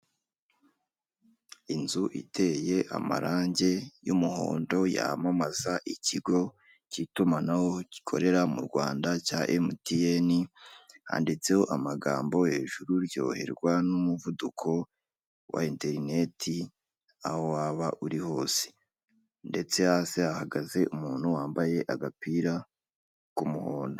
Inzu iteye amarangi y'umuhondo yamamaza ikigo cy'itumanaho gikorera mu Rwanda cya emutiyeni handitseho amagambo hejuru ryoherwa n'umuvuduko wa interineti aho waba uri hose, ndetse hasi hahagaze umuntu wambaye agapira k'umuhondo.